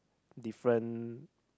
different